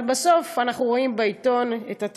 אבל בסוף אנחנו רואים בעיתון את התמונה,